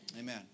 Amen